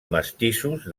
mestissos